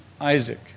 Isaac